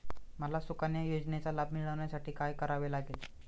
मला सुकन्या योजनेचा लाभ मिळवण्यासाठी काय करावे लागेल?